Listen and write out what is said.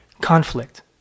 Conflict